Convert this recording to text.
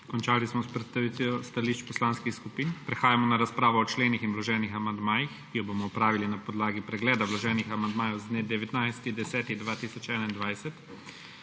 Končali smo s predstavitvijo stališč poslanskih skupin. Prehajamo na razpravo o členih in vloženih amandmajih, ki jo bomo opravili na podlagi pregleda vloženih amandmajev z dne 19. 10. 2021.